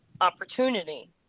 opportunity